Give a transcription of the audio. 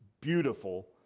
beautiful